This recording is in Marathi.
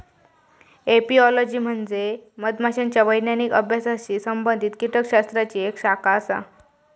एपिओलॉजी म्हणजे मधमाशांच्या वैज्ञानिक अभ्यासाशी संबंधित कीटकशास्त्राची एक शाखा आसा